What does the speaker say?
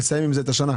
לסיים עם זה את השנה?